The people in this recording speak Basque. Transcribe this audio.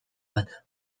bat